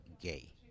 gay